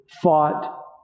fought